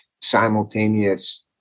simultaneous